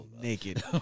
naked